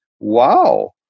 Wow